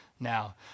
Now